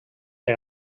per